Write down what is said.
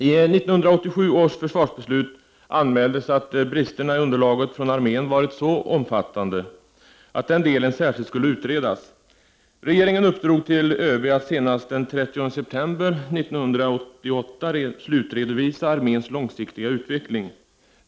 I 1987 års försvarsbeslut anmäldes att bristerna i underlaget från armén varit så omfattande att den delen särskilt skulle utredas. Regeringen uppdrog till ÖB att senast den 30 september 1988 slutredovisa arméns långsiktiga utveckling.